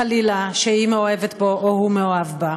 חלילה, שהיא מאוהבת בו או הוא מאוהב בה.